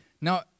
Now